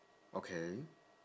okay